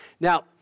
Now